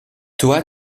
toi